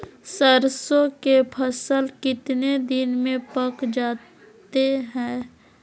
सरसों के फसल कितने दिन में पक जाते है?